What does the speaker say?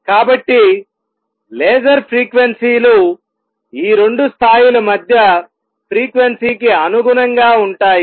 కాబట్టి laser frequency లు ఈ రెండు స్థాయిల మధ్య ఫ్రీక్వెన్సీ కి అనుగుణంగా ఉంటాయి